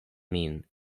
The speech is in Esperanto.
min